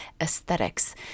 aesthetics